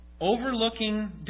overlooking